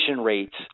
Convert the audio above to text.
rates